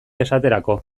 esaterako